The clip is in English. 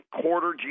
quarter